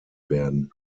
werden